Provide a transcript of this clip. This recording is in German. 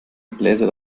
gebläse